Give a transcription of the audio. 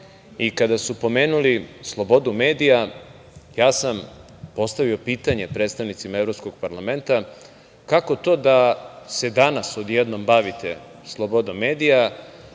i kada su pomenuli slobodu medija ja sam postavio pitanje predstavnicima Evropskog parlamenta - kako to da se danas odjednom bavite slobodom medija,